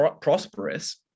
prosperous